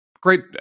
Great